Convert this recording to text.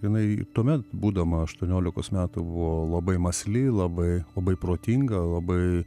jinai tuomet būdama aštuoniolikos metų buvo labai mąsli labai labai protinga labai